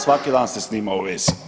Svaki dan ste s njima u vezi.